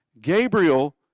Gabriel